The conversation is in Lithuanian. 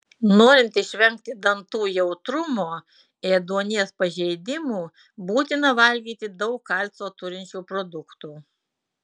norint išvengti dantų jautrumo ėduonies pažeidimų būtina valgyti daug kalcio turinčių produktų